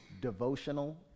devotional